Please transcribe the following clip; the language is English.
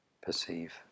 perceive